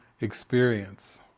experience